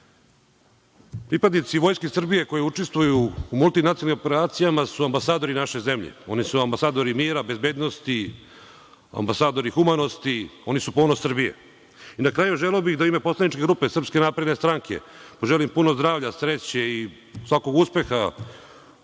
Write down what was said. Vojske Srbije koji učestvuju u multinacionalnim operacijama su ambasadori naše zemlje. Oni su ambasadori mira, bezbednosti, ambasadori humanosti, oni su ponos Srbije. Na kraju, želeo bih da u ime poslaničke grupe SNS poželim puno zdravlja, sreće i svakog uspeha